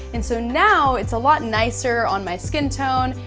and so now it's a lot nicer on my skin tone,